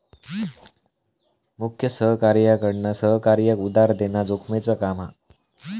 मुख्य सहकार्याकडना सहकार्याक उधार देना जोखमेचा काम हा